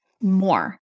more